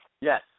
Yes